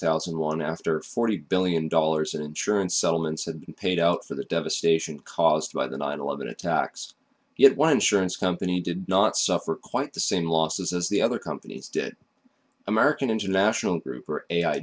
thousand and one after forty billion dollars in insurance settlements and paid out for the devastation caused by the nine eleven attacks yet one insurance company did not suffer quite the same losses as the other companies did american international group or a i